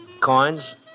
Coins